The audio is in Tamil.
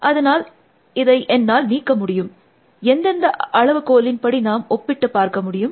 அதனால் இதை என்னால் நீக்க முடியும் எந்தெந்த அளவுகோலின்படி நாம் ஒப்பிட்டு பார்க்க முடியும்